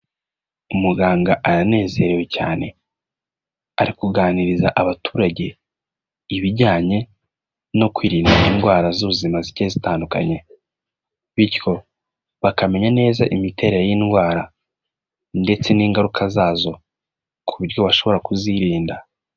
Umuganga aranezerewe cyane, ari kuganiriza abaturage ibijyanye no kwirinda indwara z'ubuzima zigiye zitandukanye, bityo bakamenya neza imiterere y'indwara ndetse n'ingaruka zazo ku buryo bashobora kuzirinda.